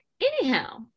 Anyhow